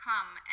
come